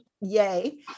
yay